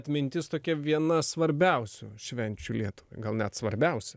atmintis tokia viena svarbiausių švenčių lietuvai gal net svarbiausia